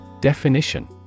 Definition